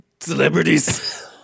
celebrities